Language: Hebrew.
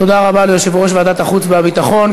תודה רבה ליושב-ראש ועדת החוץ והביטחון.